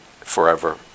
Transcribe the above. forever